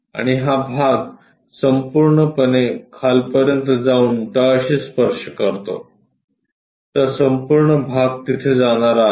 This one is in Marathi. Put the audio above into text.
आणि हा भाग संपूर्णपणे खालपर्यंत जाऊन तळाशी स्पर्श करतो तरसंपूर्ण भाग तिथे जाणारा आहे